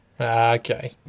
Okay